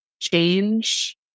change